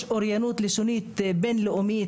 יש אוריינות לשונית בין-לאומית,